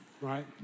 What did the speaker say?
right